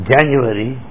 January